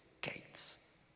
gates